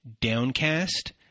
downcast